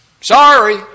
Sorry